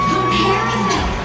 Comparison